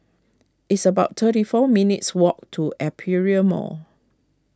it's about thirty four minutes' walk to Aperia Mall